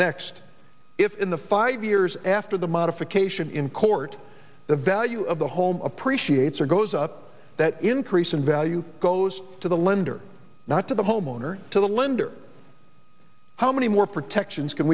next if in the five years after the modification in court the value of the home appreciates or goes up that increase in value goes to the lender not to the homeowner to the lender how many more protections can